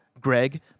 Greg